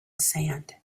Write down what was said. sand